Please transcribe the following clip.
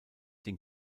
den